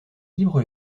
libre